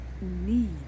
need